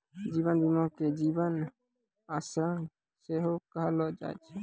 जीवन बीमा के जीवन आश्वासन सेहो कहलो जाय छै